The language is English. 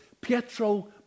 Pietro